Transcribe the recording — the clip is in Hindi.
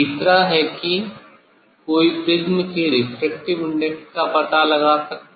तीसरा है कि कोई प्रिज़्म पदार्थ के रेफ्रेक्टिव इंडेक्स का पता लगा सकता है